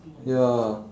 ya